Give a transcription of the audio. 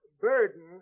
burden